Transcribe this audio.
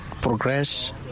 progress